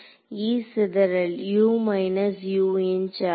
E சிதறல் ஆகும்